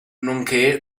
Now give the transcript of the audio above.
nonché